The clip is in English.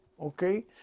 okay